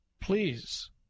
Please